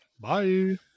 Bye